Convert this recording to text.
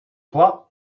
club